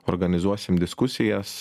organizuosim diskusijas